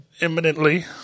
imminently